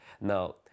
Now